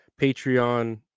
Patreon